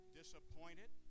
disappointed